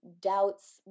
doubts